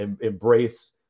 embrace